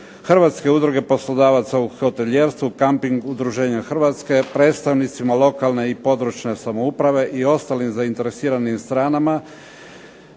Hrvatske udruge poslodavaca u hotelijerstvu, kamping Udruženja Hrvatske, predstavnicima lokalne i područne samouprave i ostalim zainteresiranim stranama